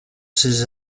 ces